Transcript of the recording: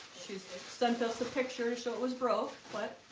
she sent us a picture, so it was broke what